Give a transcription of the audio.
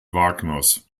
wagners